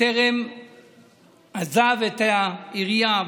בטרם עזב את העירייה,